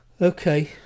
okay